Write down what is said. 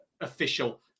official